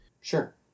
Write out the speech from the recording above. sure